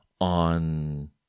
on